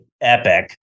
epic